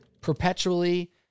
perpetually